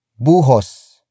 Buhos